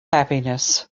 happiness